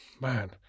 man